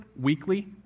weekly